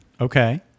Okay